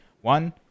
One